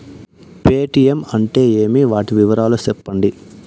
Paytm అంటే ఏమి, వాటి వివరాలు సెప్పండి?